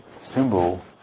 symbol